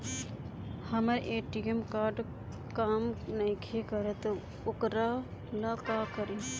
हमर ATM card काम नईखे करत वोकरा ला का करी?